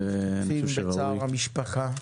אנחנו משתתפים בצער המשפחה.